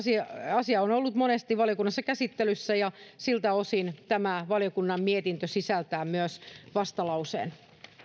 asia on ollut monesti valiokunnassa käsittelyssä ja siltä osin tämä valiokunnan mietintö sisältää myös vastalauseen